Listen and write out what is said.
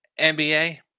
NBA